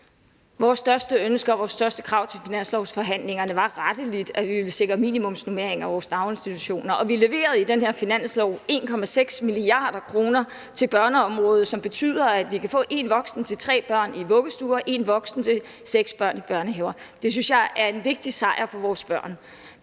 vores største krav til finanslovsforhandlingerne var retteligt, at vi ville sikre minimumsnormeringer i vores daginstitutioner, og vi leverede i den her finanslov 1,6 mia. kr. til børneområdet, som betyder, at vi kan få 1 voksen til 3 børn i vuggestuer og 1 voksen til 6 børn i børnehaver. Det synes jeg er en vigtig sejr for vores børn.